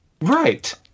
right